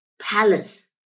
palace